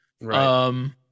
Right